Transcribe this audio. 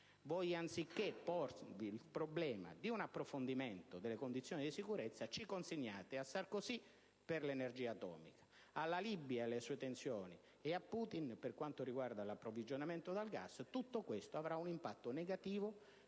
anziché porvi il problema di un approfondimento delle condizioni di sicurezza, ci consegnate a Sarkozy per l'energia atomica, alla Libia e alle sue tensioni, e a Putin per quanto riguarda l'approvvigionamento del gas. Tutto ciò avrà un impatto negativo